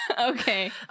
Okay